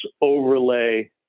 overlay